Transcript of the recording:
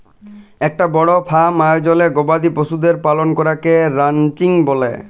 একটা বড় ফার্ম আয়জলে গবাদি পশুদের পালন করাকে রানচিং ব্যলে